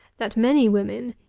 that many women,